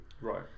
Right